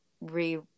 re